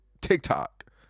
TikTok